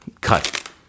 Cut